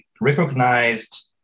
recognized